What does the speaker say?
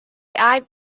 eyed